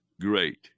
great